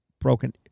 broken